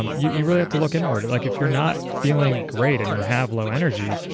um you you really have to look inward. like if you're not feeling great and you have low energy,